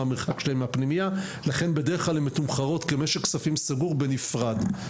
המרחק שלהם מהפנימייה ולכן בדרך-כלל הן מתומחרות כמשק כספים סגור בנפרד.